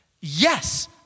Yes